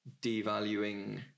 devaluing